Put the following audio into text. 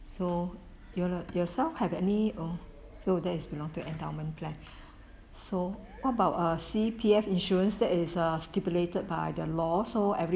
so your yourself have any oh so that is belong to endowment plan so what about err C_P_F insurance that is uh stipulated by the law so every